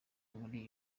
muri